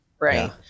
right